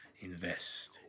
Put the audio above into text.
invest